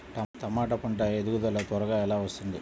టమాట పంట ఎదుగుదల త్వరగా ఎలా వస్తుంది?